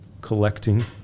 collecting